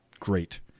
great